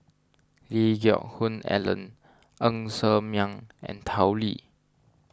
Lee Geck Hoon Ellen Ng Ser Miang and Tao Li